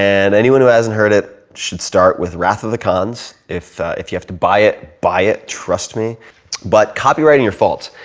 and anyone who hasn't heard it should start with wrath of the khans. if if you have to buy it, buy it. trust me but copyrighting your faults.